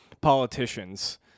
politicians